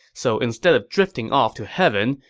so instead of drifting off to heaven,